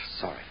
Sorry